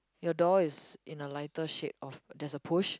your door is in a lighter shade of there's a push